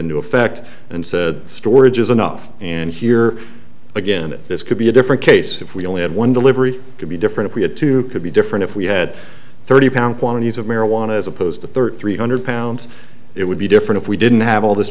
into effect and said storage is enough and here again this could be a different case if we only had one delivery could be different if we had two could be different if we had thirty pound quantities of marijuana as opposed to thirty three hundred pounds it would be different if we didn't have all this